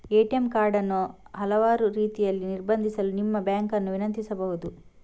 ATM card ಅನ್ನು ಹಲವಾರು ರೀತಿಯಲ್ಲಿ ನಿರ್ಬಂಧಿಸಲು ನಿಮ್ಮ ಬ್ಯಾಂಕ್ ಅನ್ನು ವಿನಂತಿಸಬಹುದು